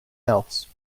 else